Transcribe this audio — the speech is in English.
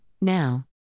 now